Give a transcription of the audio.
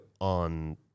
on